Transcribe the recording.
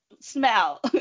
smell